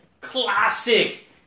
classic